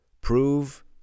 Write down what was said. Prove